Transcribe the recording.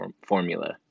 formula